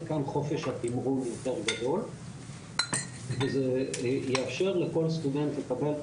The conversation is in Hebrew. כאן חופש התמרון יותר גדול וזה יאפשר לכל סטודנט לקבל את